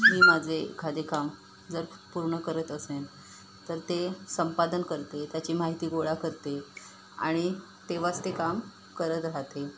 मी माझे एखादे काम जर पूर्ण करत असेन तर ते संपादन करते त्याची माहिती गोळा करते आणि तेव्हाच ते काम करत राहते